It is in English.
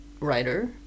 writer